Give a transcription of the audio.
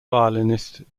violinist